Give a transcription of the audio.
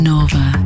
Nova